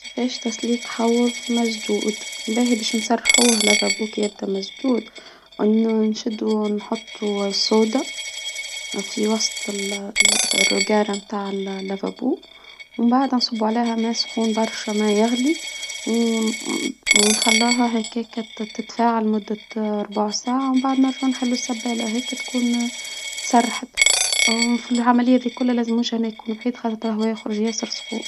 كيفاش تسليك حوض مسدود؟ باهي بش نصرحوه مسدود و نشد و نحطو السوداء في وسط ال- ال- الروجارة متاع ال- لافابو، من بعدها نصبوا عليها ما سخون برشا ما يغلي، و ونخلها هكاك تتفاعل مدة ربع ساعة، و من بعد نرجع نحل السبالة هيك تكون تسرحت أو في العملية دي كلها لازموش أنا يكون ياسر سخون.